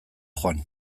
joan